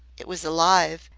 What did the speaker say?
it was alive,